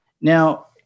Now